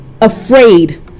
afraid